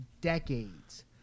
decades